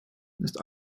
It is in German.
ist